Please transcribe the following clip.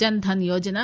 Jan Dhan Yojana